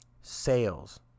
sales